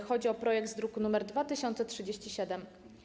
Chodzi o projekt z druku nr 2037.